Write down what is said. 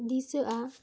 ᱫᱤᱥᱟᱹᱜᱼᱟ